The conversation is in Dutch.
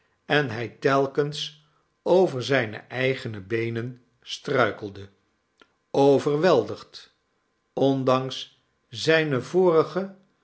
en hij telkens over zijne eigene beenen struikelde overweldigd ondanks zijne vorige